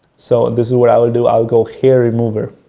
so, this is what i will do, i'll go hair remover,